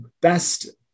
best